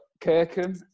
Kirkham